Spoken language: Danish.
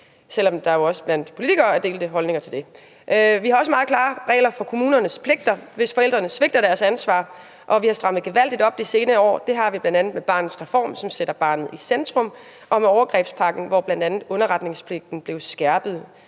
selv om der også blandt politikere er delte holdninger til det. Vi har også meget klare regler for kommunernes pligter, hvis forældrene svigter deres ansvar, og vi har strammet gevaldigt op i de senere år. Det har vi bl.a. med Barnets Reform, som sætter barnet i centrum, og med overgrebspakken, hvor bl.a. underretningspligten blev skærpet